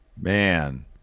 Man